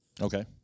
Okay